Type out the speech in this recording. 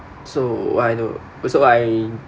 so I know also I